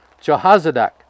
Jehozadak